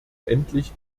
endlich